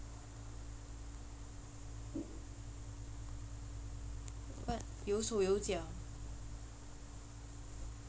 有手有脚